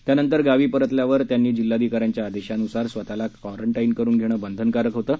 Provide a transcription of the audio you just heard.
त्यानंतर गावी परतल्यावर त्यांनी जिल्हाधिकाऱ्यांच्या आदेशानुसार स्वतःला क्वारंटाईन करून घेणं बंधनकारक होतं